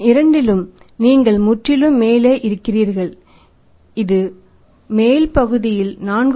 இரண்டிலும் நீங்கள் முற்றிலும் மேலே இருக்கிறீர்கள் இது மேல் பகுதியில் 4